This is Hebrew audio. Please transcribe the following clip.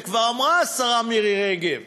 וכבר אמרה השרה מירי רגב: